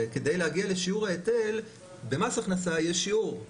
כדי להגיע לשיעור ההיטל, במס הכנסה יש שיעור,